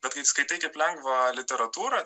bet kai skaitai kaip lengvą literatūrą